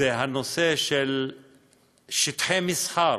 זה הנושא של שטחי מסחר.